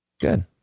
Good